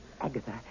Agatha